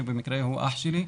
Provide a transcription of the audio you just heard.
שבמקרה הוא אח שלי,